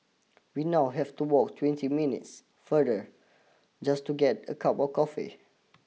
we now have to walk twenty minutes farther just to get a cup of coffee